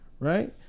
Right